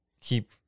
keep